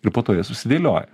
ir po to jie susidėlioja